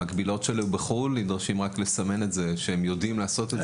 המקבילות שלו בחו"ל נדרשות רק לסמן את זה שהם יודעים לעשות את זה,